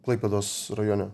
klaipėdos rajone